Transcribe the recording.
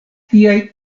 tiaj